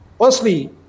Firstly